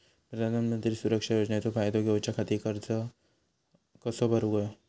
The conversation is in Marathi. प्रधानमंत्री सुरक्षा योजनेचो फायदो घेऊच्या खाती अर्ज कसो भरुक होयो?